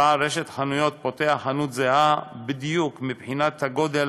בעל רשת חנויות פותח חנות זהה בדיוק מבחינת הגודל,